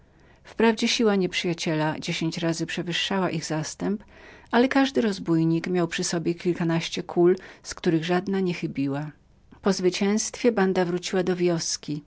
wprawdzie siła nieprzyjaciela dziesięć razy przewyższała ich zastęp ale z drugiej strony każdy rozbójnik miał przy sobie dziesięć wystrzałów z których żaden nie chybiał po zwycięztwie banda wróciła do wioski